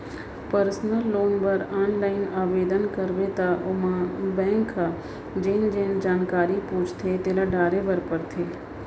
personal loan बर online आबेदन करबे त ओमा बेंक ह जेन जेन जानकारी पूछथे तेला डारे बर परथे